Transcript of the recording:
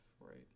right